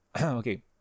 okay